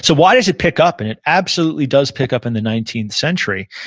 so why does it pick up, and it absolutely does pick up in the nineteenth century?